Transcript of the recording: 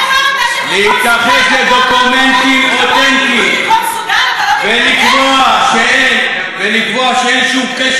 להתכחש לדוקומנטים אותנטיים ולקבוע שאין שום קשר היסטורי,